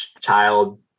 child